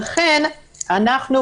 מאחר שאנחנו